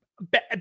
bad